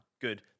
Good